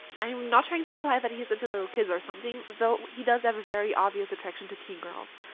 i am not trying to imply that he is into little kids or something, though he does have a very obvious attraction to teen girls.